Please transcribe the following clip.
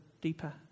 deeper